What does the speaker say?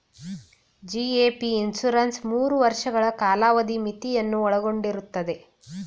GAP insurance ಮೂರು ವರ್ಷಗಳ ಕಾಲಾವಧಿ ಮಿತಿಯನ್ನು ಒಳಗೊಂಡಿರುತ್ತದೆ